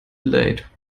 late